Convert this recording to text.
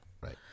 Right